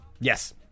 Yes